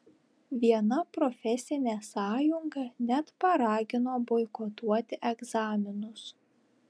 viena profesinė sąjunga net paragino boikotuoti egzaminus